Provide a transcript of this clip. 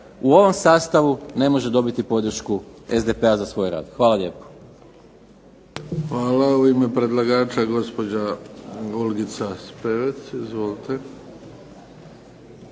u ovom sastavu ne može dobiti podršku SDP-a za svoj rad. Hvala lijepo. **Bebić, Luka (HDZ)** Hvala. U ime predlagača gospođa Olgica Spevec. Izvolite.